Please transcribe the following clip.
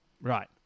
Right